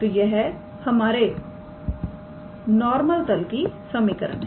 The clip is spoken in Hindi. तो यह हमारे नॉर्मल तल की समीकरण है